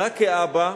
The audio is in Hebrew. רק כאבא,